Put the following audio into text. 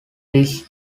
tisch